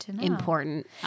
important